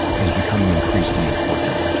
is becoming increasingly important.